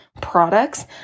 products